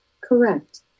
Correct